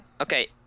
Okay